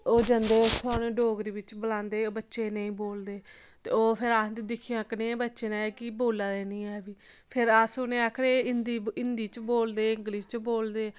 ते ओह् जंदे उत्थै उ'नेंगी डोगरी च बलांदे ओह् बच्चे नेईं बोलदे ते ओह् फिर आखदे दिक्खेआं कनेह् बच्चें न बोला दे निं ऐ न फिर अस उ'नें गी आखने एह् हिंदी हिंदी च बोलदे इंग्लिश च बोलदे